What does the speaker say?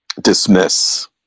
dismiss